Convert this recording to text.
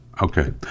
okay